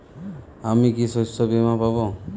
আমি কি শষ্যবীমা পাব?